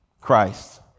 Christ